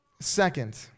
Second